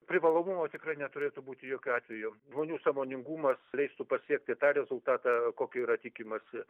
privalomumo tikrai neturėtų būti jokiu atveju žmonių sąmoningumas leistų pasiekti tą rezultatą kokio yra tikimasi